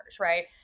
Right